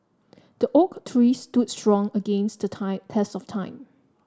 the oak tree stood strong against the test of time